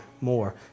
more